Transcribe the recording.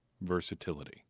versatility